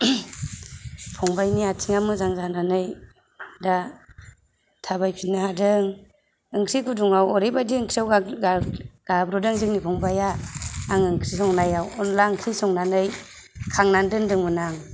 फंबाइनि आथिंआ मोजां जानानै दा थाबाय फिननो हादों ओंख्रि गुदुंआव ओरैबायदि ओंख्रिआव गाब्र'दों जोंनि फंबाइआ आं ओंख्रि संनायाव अनद्ला ओंख्रि संनानै खांनानै दोनदों मोन आं